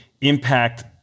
impact